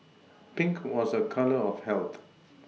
Pink was a colour of health